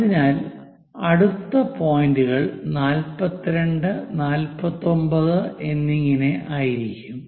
അതിനാൽ അടുത്ത പോയിന്റുകൾ 42 49 എന്നിങ്ങനെയായിരിക്കും